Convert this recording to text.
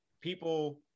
people